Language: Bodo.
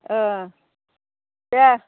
ओ दे